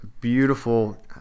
beautiful